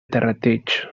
terrateig